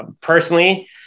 personally